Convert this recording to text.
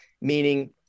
meaning